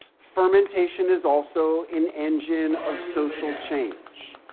fermentation is also an engine of social change,